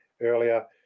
earlier